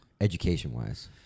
education-wise